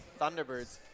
Thunderbirds